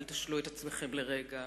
אל תשלו את עצמכם לרגע,